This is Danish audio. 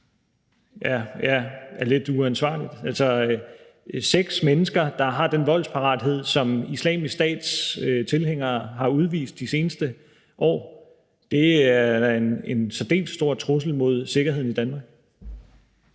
Danmark er lidt uansvarligt. Seks mennesker, der har den voldsparathed, som Islamisk Stats tilhængere har udvist de seneste år, udgør en særdeles stor trussel mod sikkerheden i Danmark.